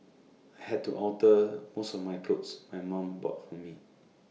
I had to alter most of my clothes my mum bought for me